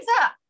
up